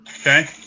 Okay